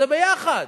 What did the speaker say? זה יחד.